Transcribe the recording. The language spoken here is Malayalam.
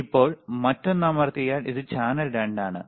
ഇപ്പോൾ മറ്റൊന്ന് അമർത്തിയാൽ ഇത് ചാനൽ 2 ആണ്